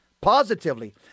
positively